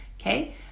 okay